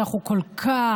שאנחנו כל כך,